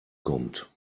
kommt